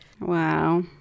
Wow